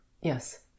Yes